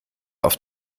auf